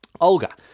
Olga